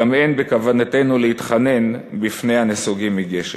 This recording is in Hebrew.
גם אין בכוונתנו להתחנן בפני הנסוגים מגשת.